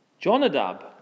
Jonadab